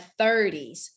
30s